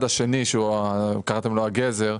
שקראתם לו "הגזר",